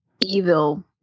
evil